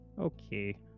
Okay